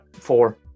Four